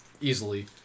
Easily